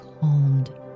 calmed